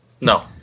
No